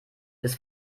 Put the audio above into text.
ist